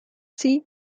sie